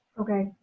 okay